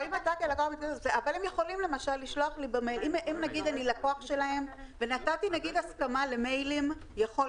אבל אם אני לקוח שלהם ונתתי הסכמה למיילים או לאס.אם.אסים.